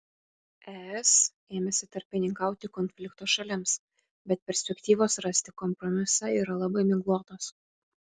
es ėmėsi tarpininkauti konflikto šalims bet perspektyvos rasti kompromisą yra labai miglotos